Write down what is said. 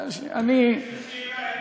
ולווקנין, אני, יש לי שאלה.